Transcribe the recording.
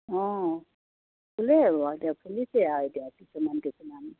অঁ ফুলেই এইবােৰ আৰু এতিয়া ফুলিছে আৰু এতিয়া কিছুমান কিছুমান